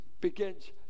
begins